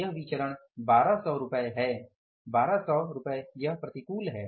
यह विचरण 1200 रुपये है 1200 यह प्रतिकूल है